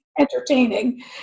entertaining